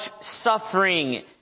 suffering